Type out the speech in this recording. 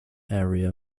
area